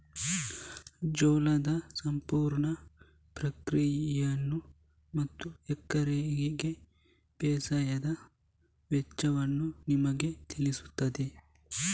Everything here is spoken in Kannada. ಜೋಳದ ಸಂಪೂರ್ಣ ಪ್ರಕ್ರಿಯೆಯನ್ನು ಮತ್ತು ಎಕರೆಗೆ ಬೇಸಾಯದ ವೆಚ್ಚವನ್ನು ನಿಮಗೆ ತಿಳಿಸುತ್ತದೆ